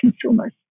consumers